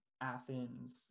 Athens